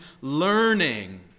learning